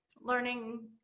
learning